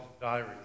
Diary